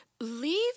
leave